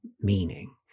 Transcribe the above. meaning